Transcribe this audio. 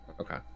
Okay